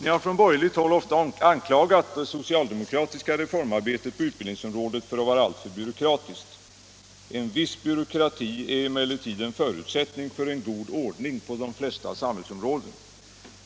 Ni har från borgerligt håll ofta anklagat det socialdemokratiska reformarbetet på utbildningsområdet för att vara alltför byråkratiskt. En viss byråkrati är emellertid en förutsättning för en god ordning på de flesta samhällsområden.